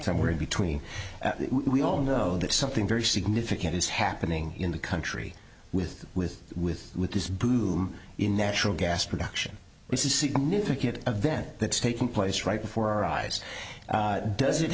somewhere in between we all know that something very significant is happening in the country with with with with this boom in natural gas production this is a significant event that's taking place right before our eyes does it